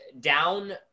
down